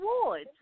awards